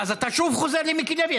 אז אתה שוב חוזר למיקי לוי?